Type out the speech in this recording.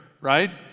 right